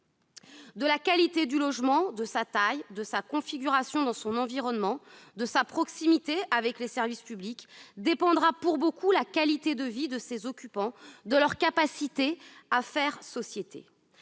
De sa qualité, de sa taille, de sa configuration dans son environnement, de sa proximité avec les services publics dépendront pour beaucoup la qualité de vie de ses occupants, leur capacité à faire société.